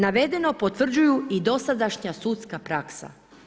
Navedeno potvrđuju i dosadašnja sudska praksa.